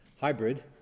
hybrid